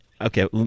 Okay